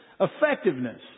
effectiveness